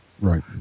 Right